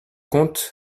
comte